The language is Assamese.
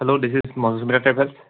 hello this is Madhusmita travels